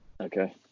Okay